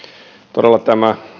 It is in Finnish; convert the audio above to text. todella tämä